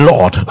Lord